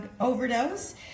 overdose